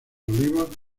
olivos